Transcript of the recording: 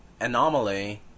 anomaly